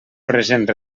present